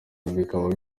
bikaba